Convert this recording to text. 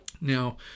Now